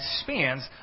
spans